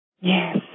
Yes